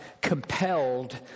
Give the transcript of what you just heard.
Compelled